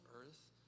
earth